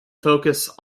focus